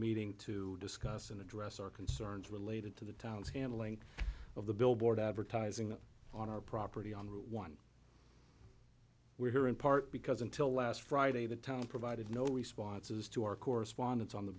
meeting to discuss and address our concerns related to the town's handling of the billboard advertising on our property on route one we are here in part because until last friday the town provided no responses to our correspondents on the